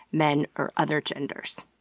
men, or other genders.